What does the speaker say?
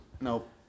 nope